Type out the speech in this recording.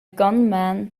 gunman